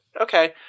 Okay